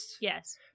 Yes